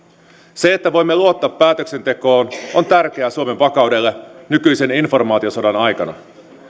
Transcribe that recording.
se että voimme luottaa päätöksentekoon on tärkeää suomen vakaudelle nykyisen informaatiosodan aikana